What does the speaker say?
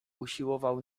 usiłował